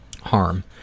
harm